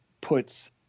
puts